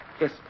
Yes